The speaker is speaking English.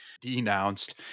denounced